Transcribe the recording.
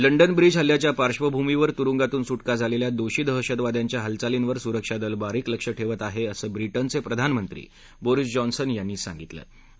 London bridge हल्ल्याच्या पार्श्वभूमीवर तुरुंगातून सुटका झालेल्या दोषी दहशतवाद्यांच्या हालचालींवर सुरक्षा दल बारीक लक्ष ठेवत आहे असं ब्रिटनचे प्रधानमंत्री बोरिस जॉन्सन यांनी म्हटलं आहे